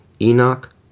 Enoch